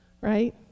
right